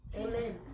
Amen